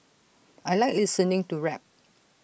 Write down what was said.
I Like listening to rap